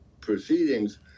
proceedings